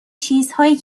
چیزهایی